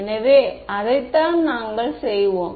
எனவே அதைத்தான் நாங்கள் செய்வோம்